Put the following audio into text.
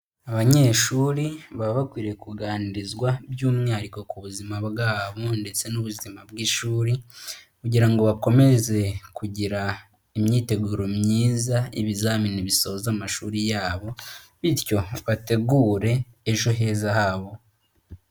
Abanyeshuri baba bakwiriye kuganirizwa by'umwihariko ku buzima bwabo ndetse n'ubuzima bw'ishuri kugira ngo bakomeze kugira imyiteguro myiza ibizamini bisoza amashuri yabo, bityo bategure ejo heza habo.